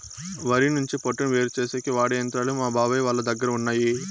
వరి నుంచి పొట్టును వేరుచేసేకి వాడె యంత్రాలు మా బాబాయ్ వాళ్ళ దగ్గర ఉన్నయ్యి